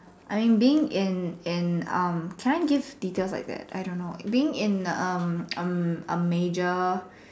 I mean being in in um can I give details like that I don't know being in um um a major